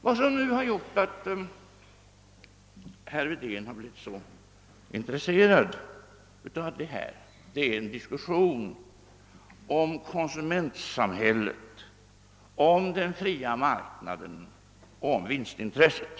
Vad som har gjort att herr Wedén nu blivit så intresserad av detta ämne är en diskussion om konsumentsamhället, om den fria marknaden och om vinstintresset.